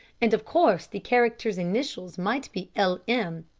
and of course the character's initials might be l m.